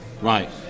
Right